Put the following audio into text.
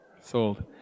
Sold